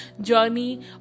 journey